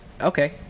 okay